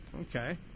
Okay